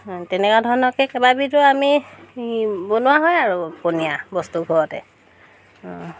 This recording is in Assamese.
তেনেকুৱা ধৰণৰকৈ কেইবাবিধো আমি বনোৱা হয় আৰু পনীয়া বস্তু ঘৰতে